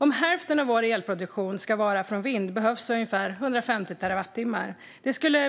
Om hälften av vår elproduktion ska vara från vind behövs ungefär 150 terawattimmar. Det skulle